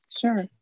Sure